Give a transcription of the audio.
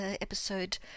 episode